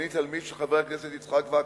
אני תלמיד של חבר הכנסת יצחק וקנין,